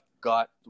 got